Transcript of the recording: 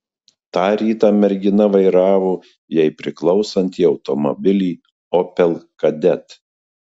tą rytą mergina vairavo jai nepriklausantį automobilį opel kadett